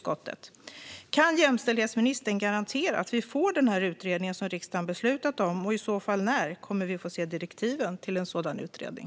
Kan jämställdhetsministern garantera att vi får den utredningen som riksdagen beslutat om? När kommer vi i så fall att få se direktiven till en sådan utredning?